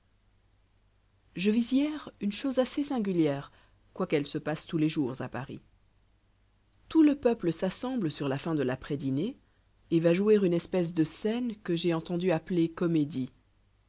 e vis hier une chose assez singulière quoiqu'elle se passe tous les jours à paris tout le peuple s'assemble sur la fin de l'après-dînée et va jouer une espèce de scène que j'ai entendu appeler comédie